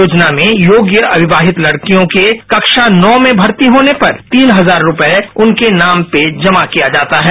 योजना में योग्य अविवाहित लड़कियों के कक्षा नौ में भर्ती होने पर तीन हजार रुपये उनके नाम पर जमा किया जाता है